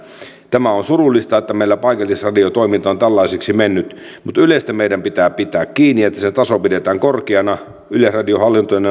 tämä on surullista että meillä paikallisradiotoiminta on tällaiseksi mennyt mutta ylestä meidän pitää pitää kiinni ja siitä että sen taso pidetään korkeana yleisradion